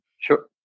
Sure